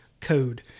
code